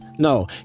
No